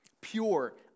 pure